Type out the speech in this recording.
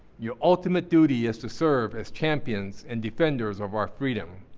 your ultimate duty is to serve as champions and defenders of our freedom.